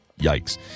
Yikes